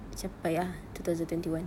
capai ah two thousand twenty one